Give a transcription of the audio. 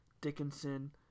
dickinson